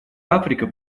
африка